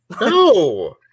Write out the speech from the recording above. No